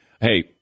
Hey